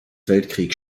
weltkrieg